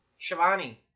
Shivani